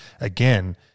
again